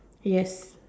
yes